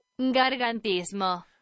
Gargantismo